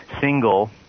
single